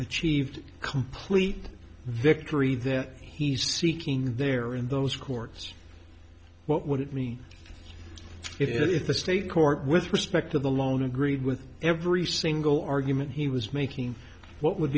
achieved complete victory that he's seeking there in those courts what would it mean if the state court with respect to the lone agreed with every single argument he was making what would